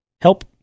help